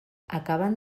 acaben